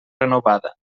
renovada